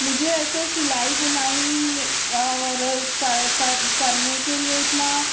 مجھے ایسے سلائی بنائی میں اور کرنے کے لیے اتنا